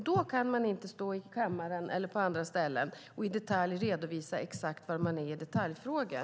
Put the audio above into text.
Då kan man inte stå i kammaren eller på andra ställen och i detalj redovisa exakt var man är i detaljfrågor.